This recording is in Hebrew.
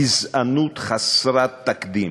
גזענות חסרת תקדים,